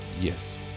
yes